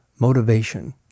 motivation